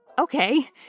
okay